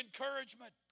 encouragement